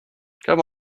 come